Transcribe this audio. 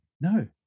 No